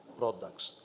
products